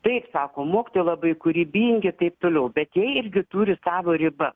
taip sako mokytojai labai kūrybingi taip toliau bet jie irgi turi savą ribas